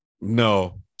No